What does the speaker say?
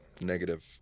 negative